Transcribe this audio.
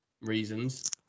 reasons